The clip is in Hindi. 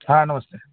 हाँ नमस्ते